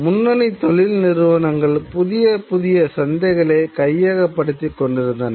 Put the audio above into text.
முன்னணி தொழில் நிறுவனங்கள் புதிய புதிய சந்தைகளை கையகப்படுத்திக் கொண்டிருந்தன